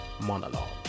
monologue